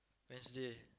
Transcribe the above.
Wednesday